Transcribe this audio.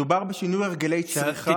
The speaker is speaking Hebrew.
מדובר בשינוי הרגלי צריכה,